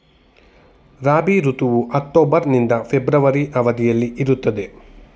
ರಾಬಿ ಋತುವು ಅಕ್ಟೋಬರ್ ನಿಂದ ಫೆಬ್ರವರಿ ಅವಧಿಯಲ್ಲಿ ಇರುತ್ತದೆ